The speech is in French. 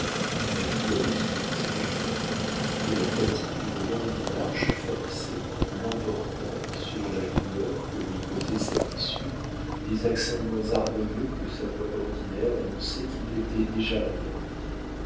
david avait suivi cet exemple et la fatigue d'une longue marche forcée l'emportant sur la douleur que lui causait sa blessure des accents moins harmonieux que sa voix ordinaire annonçaient qu'il était déjà endormi